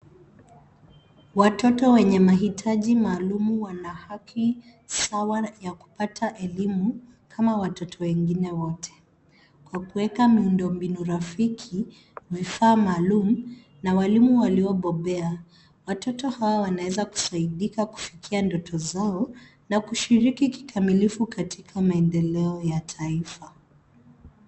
Watoto wenye maitaji maalum wana haki sawa ya kupata elimu, kama watoto wengine wote, kwa kuweka miundo mbinu rafiki, vifaa maalum na walimu walibombea. Watoto hawa wanaweza kusaidika kufikia ndoto zao na kushiriki kikamilifu katika maendeleo ya taifa.